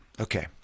Okay